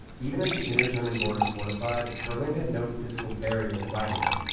even as the inner german border fortified, berlin had no physical barrier dividing it.